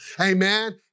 Amen